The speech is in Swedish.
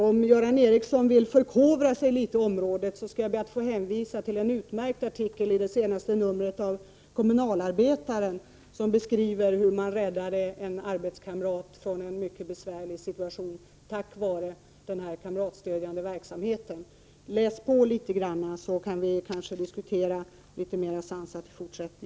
Om Göran Ericsson vill förkovra sig litet, kan jag hänvisa till en utmärkt artikel i det senaste numret av tidningen Kommunalarbetaren. Där beskrivs hur man räddat en arbetskamrat ut ur en mycket besvärlig situation, tack vare den kamratstödjande verksamheten. Läs på litet grand, så att vi i fortsättningen kanske kan ha en litet mera sansad diskussion!